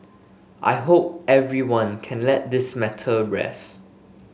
I hope everyone can let this matter rest